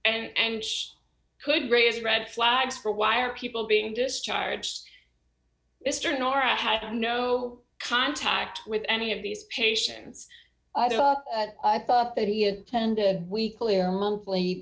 and could raise red flags for why are people being discharged mr nor i had no contact with any of these patients either i thought that he attended weekly or monthly